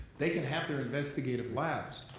they can have their investigative labs.